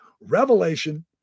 revelation